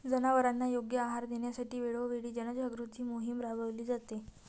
जनावरांना योग्य आहार देण्यासाठी वेळोवेळी जनजागृती मोहीम राबविली जाते